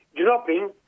dropping